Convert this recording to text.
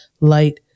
light